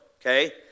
okay